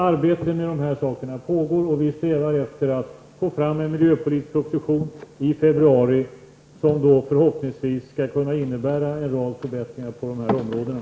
Det pågår alltså ett arbete med dessa saker, och vi strävar efter att få fram en miljöpolitisk proposition i februari som, förhoppningsvis, innehåller en rad förbättringar på de här områdena.